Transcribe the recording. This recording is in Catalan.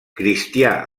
cristià